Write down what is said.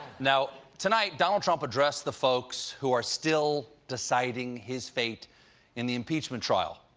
now, tonight, donald trump addressed the folks who are still deciding his fate in the impeachment trial.